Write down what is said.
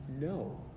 no